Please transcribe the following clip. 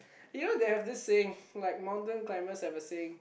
you know they have this saying like mountain climbers have a saying